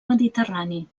mediterrani